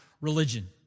religion